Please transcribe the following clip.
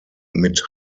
mit